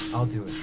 i'll do